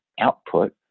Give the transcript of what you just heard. output